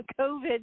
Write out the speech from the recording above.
COVID